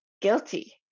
guilty